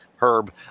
Herb